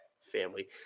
family